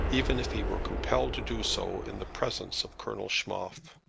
even if he were compelled to do so in the presence of colonel schmoff.